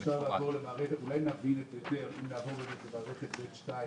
אם נעבור למערכת אולי נבין יותר על מה מדברים.